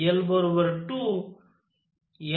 l 2